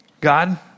God